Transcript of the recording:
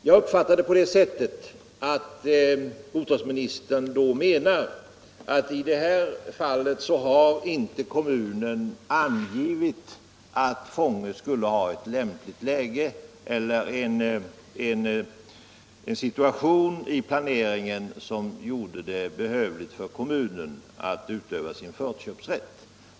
Jag uppfattar det i det här fallet så att bostadsministern menar att kommunen inte angivit att Fångö skulle ha ett lämpligt läge eller ha en sådan betydelse för planeringen att kommunen bör få tillstånd att utöva sin förköpsrätt.